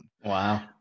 Wow